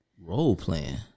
role-playing